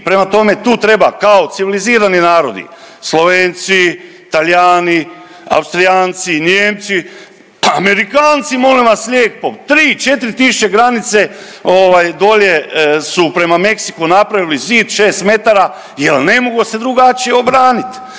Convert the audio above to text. prema tome, tu treba kao civilizirani narodi, Slovenci, Talijani, Austrijanci, Nijemci, Amerikanci, molim vas lijepo, 3, 4 tisuće granice ovaj, dolje su prema Meksiku napravili zid 6 metara jer ne mogu se drugačije obraniti.